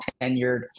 tenured